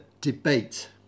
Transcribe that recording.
debate